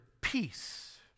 peace